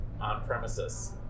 on-premises